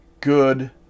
good